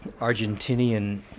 Argentinian